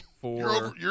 four